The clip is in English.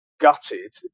gutted